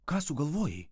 ką sugalvojai